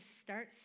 start